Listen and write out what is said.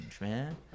man